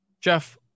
Jeff